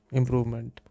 improvement